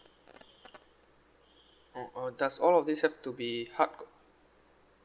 oh uh does all of these have to be hard